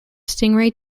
stingray